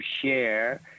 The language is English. share